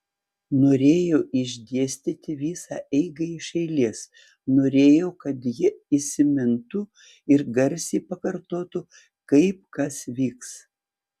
norėjo išdėstyti visą eigą iš eilės norėjo kad ji įsimintų ir garsiai pakartotų kaip kas vyks